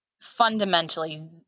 fundamentally